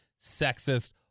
sexist